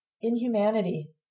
Inhumanity